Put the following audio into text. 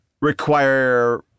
require